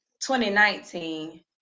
2019